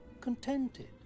Contented